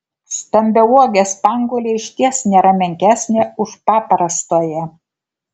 stambiauogė spanguolė išties nėra menkesnė už paprastąją